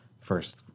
first